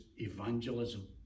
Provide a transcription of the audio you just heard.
evangelism